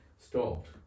stopped